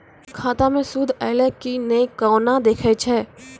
खाता मे सूद एलय की ने कोना देखय छै?